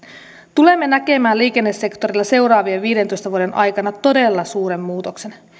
tulemme näkemään liikennesektorilla seuraavien viidentoista vuoden aikana todella suuren muutoksen